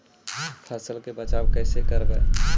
फसल के बचाब कैसे करबय?